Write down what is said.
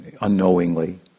unknowingly